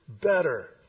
better